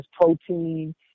protein